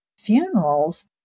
funerals